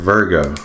Virgo